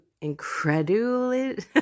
incredulity